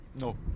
No